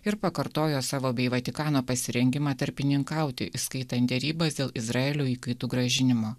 ir pakartojo savo bei vatikano pasirengimą tarpininkauti įskaitant derybas dėl izraelio įkaitų grąžinimo